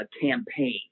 campaign